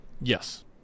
Yes